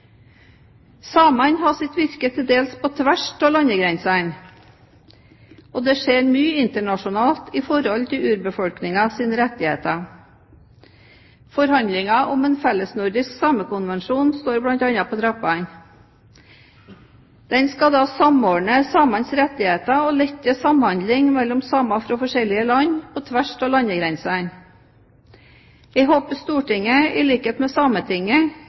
Samene har sitt virke til dels på tvers av landegrensene, og det skjer mye internasjonalt i forhold til urbefolkningens rettigheter. Forhandlinger om en felles nordisk samekonvensjon står bl.a. på trappene. Den skal samordne samenes rettigheter og lette samhandlingen mellom samer fra forskjellige land, på tvers av landegrensene. Jeg håper Stortinget, i likhet med